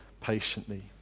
patiently